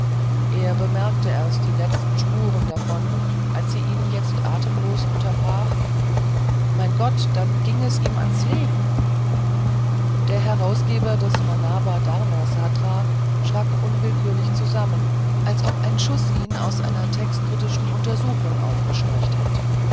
er bemerkte erst die letzten spuren davon als sie ihn jetzt atemlos unterbrach mein gott dann ginge es ihm ans leben der herausgeber des manava dharma sastra schrak unwillkürlich zusammen als ob ein schutz ihn aus einer textkritischen untersuchung aufgescheucht hätte